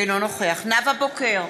אינו נוכח נאוה בוקר,